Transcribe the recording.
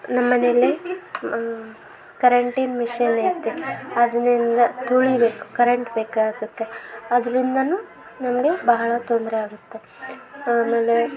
ನಮ್ಮ ಮನೆಯಲ್ಲೆ ಕರೆಂಟಿನ ಮಿಷೆನ್ ಐತೆ ಅದರಿಂದ ತುಳಿಯಬೇಕು ಕರೆಂಟ್ ಬೇಕು ಅದಕ್ಕೆ ಅದ್ರಿಂದನೂ ನಮಗೆ ಬಹಳ ತೊಂದರೆ ಆಗುತ್ತೆ ಆಮೇಲೆ